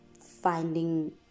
finding